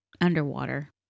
underwater